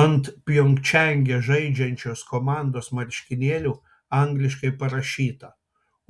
ant pjongčange žaidžiančios komandos marškinėlių angliškai parašyta